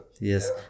Yes